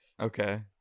Okay